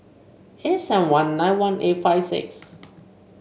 eight seven one nine one eight five six